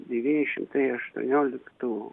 devyni šimtai aštuonioliktų